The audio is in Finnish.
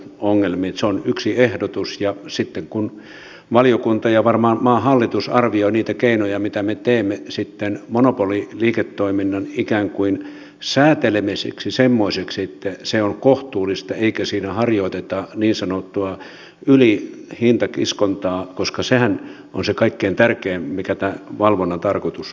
se on yksi ehdotus ja sitten valiokunta ja varmaan maan hallitus arvioivat niitä keinoja mitä me teemme ikään kuin monopoliliiketoiminnan säätelemiseksi semmoiseksi että se on kohtuullista eikä siinä harjoiteta niin sanottua ylihintakiskontaa koska sehän on se kaikkein tärkein tämän valvonnan tarkoitus